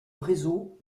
réseau